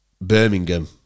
Birmingham